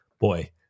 Boy